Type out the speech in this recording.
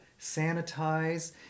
sanitize